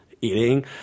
eating